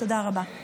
תודה רבה.